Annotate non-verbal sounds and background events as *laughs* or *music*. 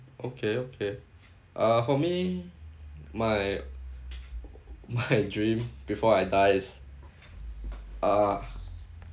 okay okay uh for me my my *laughs* dream before I die is uh